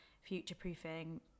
future-proofing